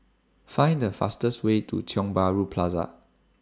Find The fastest Way to Tiong Bahru Plaza